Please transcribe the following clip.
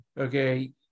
okay